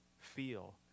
feel